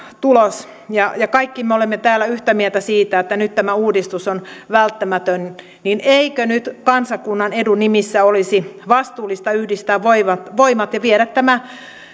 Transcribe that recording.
tulos ja ja kaikki me olemme täällä yhtä mieltä siitä että nyt tämä uudistus on välttämätön joten eikö nyt kansakunnan edun nimissä olisi vastuullista yhdistää voimat ja viedä tämä